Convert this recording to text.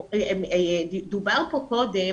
דובר פה קודם